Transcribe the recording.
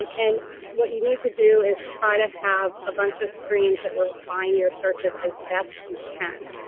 um and what you need to do is try to have a bunch of streams that refine your searchs as as best you can.